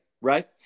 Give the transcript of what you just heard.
Right